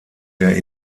der